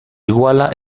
iguala